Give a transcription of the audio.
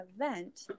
event